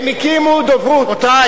הם הקימו דוברות,